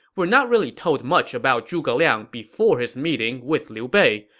we're not really told much about zhuge liang before his meeting with liu bei,